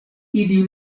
ili